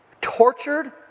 tortured